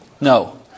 No